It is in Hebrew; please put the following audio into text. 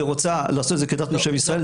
אלא רוצה לעשות את זה כדת משה וישראל,